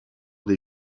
des